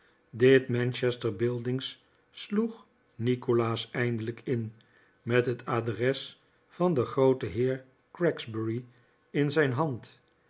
dit manchester buildings sloeg nikolaas eindelijk in met het adres van den grooten heer gregsbury in zijn hand